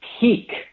peak